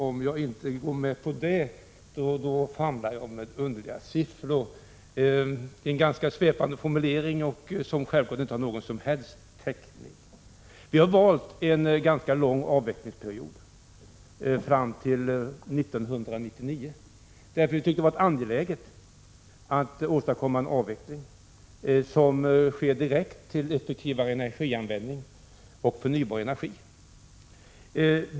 Om jag nu inte erkänner det famlar jag enligt honom med underliga siffror. Det är en ganska svepande formulering, som självfallet inte har någon som helst täckning. Vi har valt en ganska lång avvecklingsperiod, fram till 1999, därför att vi tyckte det är angeläget att åstadkomma en avveckling med direkt inriktning på effektivare energianvändning och förnyelsebar energi.